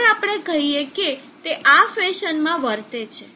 હવે આપણે કહીએ કે તે આ ફેશનમાં વર્તે છે